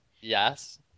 Yes